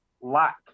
lack